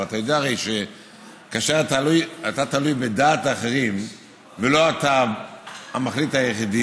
אבל אתה הרי יודע שכאשר אתה תלוי בדעת אחרים ולא אתה המחליט היחיד,